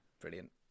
brilliant